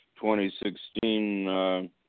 2016